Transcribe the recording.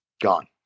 gone